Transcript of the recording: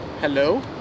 Hello